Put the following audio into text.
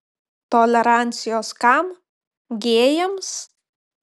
tolerancijos kam gėjams